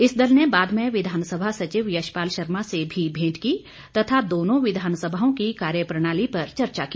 इस दल ने बाद में विधानसभा सचिव यशपाल शर्मा से भी भेंट की तथा दोनों विधानसभाओं की कार्य प्रणाली पर चर्चा की